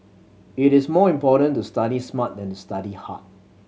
it is more important to study smart than to study hard